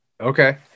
Okay